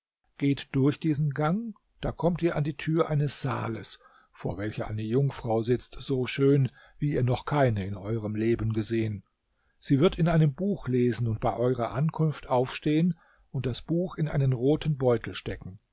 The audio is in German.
geht durch diesen gang da kommt ihr an die tür eines saales vor welcher eine jungfrau sitzt so schön wie ihr noch keine in eurem leben gesehen sie wird in einem buch lesen und bei eurer ankunft aufstehen und das buch in einen roten beutel stecken